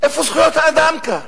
איפה זכויות האדם כאן?